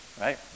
right